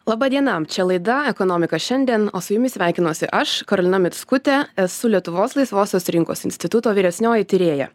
laba diena čia laida ekonomika šiandien o su jumis sveikinuosi aš karolina mickutė esu lietuvos laisvosios rinkos instituto vyresnioji tyrėja